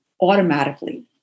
Automatically